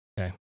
Okay